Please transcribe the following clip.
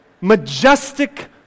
majestic